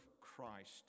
Christ